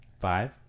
Five